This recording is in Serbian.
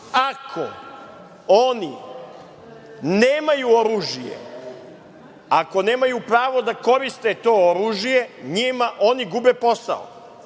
Ako oni nemaju oružje, ako nemaju pravo da koriste to oružje, oni gube posao,